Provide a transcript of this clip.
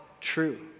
true